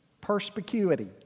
Perspicuity